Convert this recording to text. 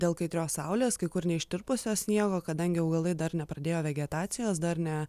dėl kaitrios saulės kai kur neištirpusio sniego kadangi augalai dar nepradėjo vegetacijos dar ne